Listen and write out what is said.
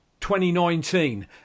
2019